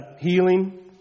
healing